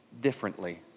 differently